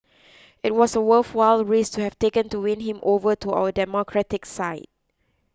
it was a worthwhile risk to have taken to win him over to our democratic side